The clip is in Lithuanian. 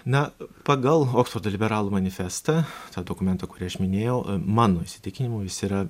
na pagal oksfordo liberalų manifestą tą dokumentą kurį aš minėjau mano įsitikinimu jis yra